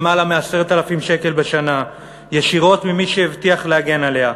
מ-10,000 שקל בשנה ישירות ממי שהבטיח להגן עליה.